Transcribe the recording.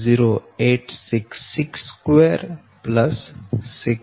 08662 6